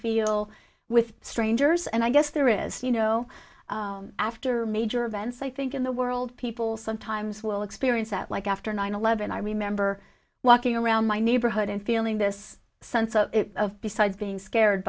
feel with strangers and i guess there is you know after major events i think in the world people sometimes will experience that like after nine eleven i remember walking around my neighborhood and feeling this sense of besides being scared